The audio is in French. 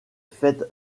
fête